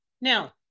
Now